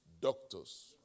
doctors